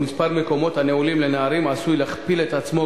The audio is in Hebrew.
ומספר המקומות הנעולים לנערים עשוי להכפיל את עצמו